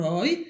Roy